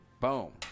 Boom